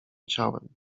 ciałem